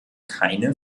keine